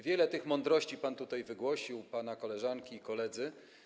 Wiele tych mądrości tutaj wygłosił pan, pana koleżanki i koledzy.